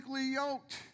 yoked